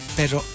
pero